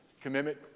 commitment